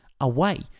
away